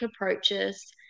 approaches